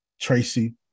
tracy